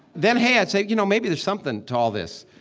then, hey, i'd say, you know, maybe there's something to all this.